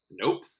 Nope